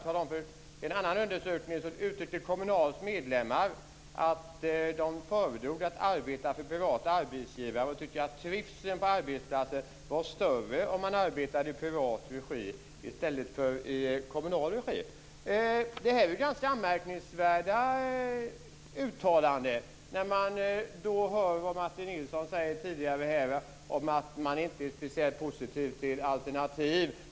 I en undersökning uttryckte Kommunals medlemmar att de föredrog att arbeta för privata arbetsgivare och tyckte att trivseln på arbetsplatsen var större om man arbetade i privat regi i stället för i kommunal regi. Det här är ganska anmärkningsvärda uttalanden, med tanke på vad Martin Nilsson sade tidigare om att man inte är speciellt positiv till alternativ.